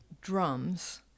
drums